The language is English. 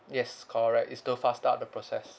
yes correct is to faster up the process